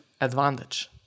advantage